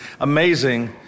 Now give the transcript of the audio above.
amazing